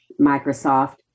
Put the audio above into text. Microsoft